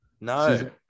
No